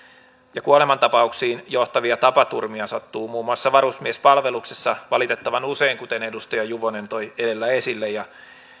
ja kuolemantapauksiin johtavia tapaturmia sattuu muun muassa varusmiespalveluksessa valitettavan usein kuten edustaja juvonen toi edellä esille